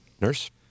Nurse